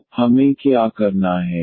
तो हमें क्या करना है